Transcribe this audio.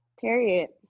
Period